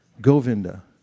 Govinda